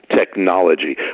technology